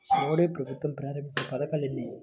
మోదీ ప్రభుత్వం ప్రారంభించిన పథకాలు ఎన్ని?